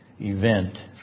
event